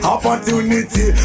Opportunity